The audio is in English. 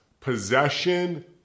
possession